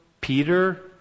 Peter